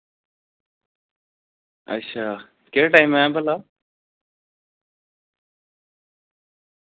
अच्छा केह् टाइम ऐ भला